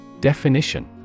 Definition